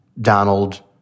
Donald